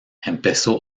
empezó